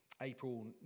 April